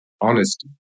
honesty